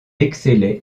excellait